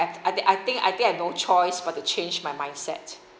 I I think I think I no choice but to change my mindset